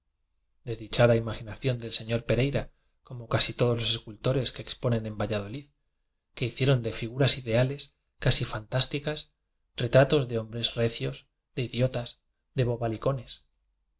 desdichada imaginación del sr pereira como casi todos los escul tores que exponen en valladolid que hicie ron de figuras ideales casi fantásticas retratos de hombres recios de idiotas y de bobalicones